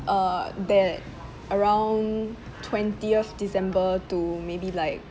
uh that around twentieth december to maybe like